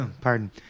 pardon